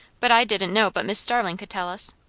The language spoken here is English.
but i didn't know but miss starling could tell us.